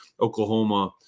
Oklahoma